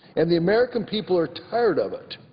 and the american people are tired of it.